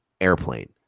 airplane